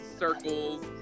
circles